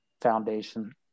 foundation